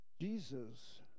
Jesus